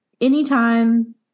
Anytime